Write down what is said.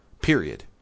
Period